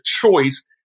choice